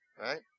Right